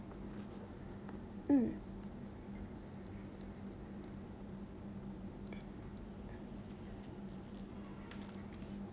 mm